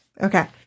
okay